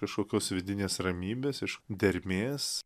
kašokios vidinės ramybės iš dermės